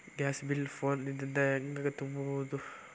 Gas bill phone ದಿಂದ ಹ್ಯಾಂಗ ತುಂಬುವುದು?